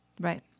Right